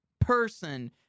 person